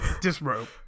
Disrobe